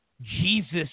Jesus